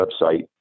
website